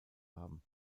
haben